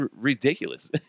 ridiculous